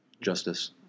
justice